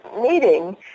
meeting